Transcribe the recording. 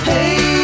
Hey